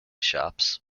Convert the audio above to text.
shops